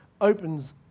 opens